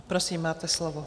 Prosím, máte slovo.